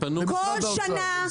כל שנה,